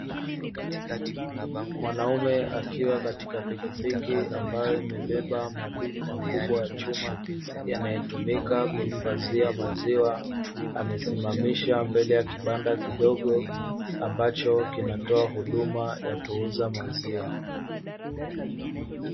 Mwanaume akiwa katika pikipiki ambayo imebeba madumu makubwa ya chuma, yanayotumika kuhifadhia maziwa amesimamisha mbele ya kibanda kidogo. Ambacho kinatoa huduma ya kuuza maziwa.